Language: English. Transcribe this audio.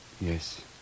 Yes